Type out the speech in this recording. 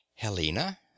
Helena